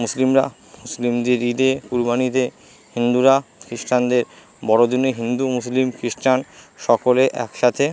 মুসলিমরা মুসলিমদের ঈদে কুরবানি ঈদে হিন্দুরা খিস্টানদের বড়দিনে হিন্দু মুসলিম খিস্টান সকলে একসাথে